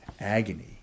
agony